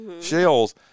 shells